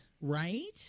Right